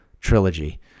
trilogy